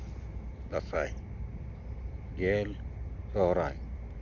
ᱫᱟᱸᱥᱟᱭ ᱜᱮᱞ ᱥᱚᱦᱨᱟᱭ